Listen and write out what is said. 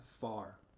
far